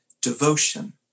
devotion